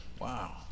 Wow